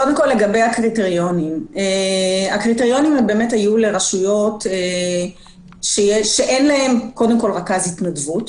הקריטריונים היו לרשויות שאין להן רכז התנדבות,